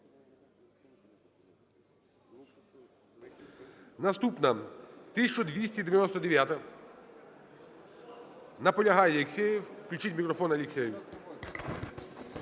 Наступна – 1299-а. Наполягає Алексєєв. Включіть мікрофон Алексєєву.